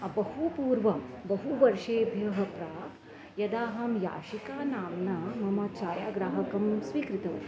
बहु पूर्वं बहुवर्षेभ्यः प्राक् यदा अहं याशिका नाम्ना मम छायाग्राहकं स्वीकृतवती